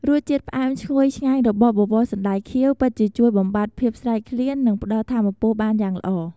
រសជាតិផ្អែមឈ្ងុយឆ្ងាញ់របស់បបរសណ្ដែកខៀវពិតជាជួយបំបាត់ភាពស្រេកឃ្លាន និងផ្ដល់ថាមពលបានយ៉ាងល្អ។